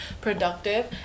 productive